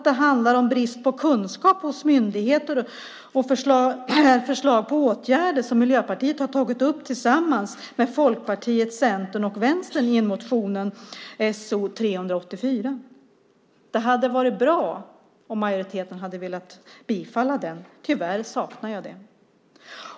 Det handlar om brist på kunskap hos myndigheter och förslag på åtgärder som Miljöpartiet har tagit upp tillsammans med Folkpartiet, Centern och Vänstern i motion So384. Det hade varit bra om majoriteten hade velat bifalla den. Jag saknar det, tyvärr.